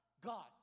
God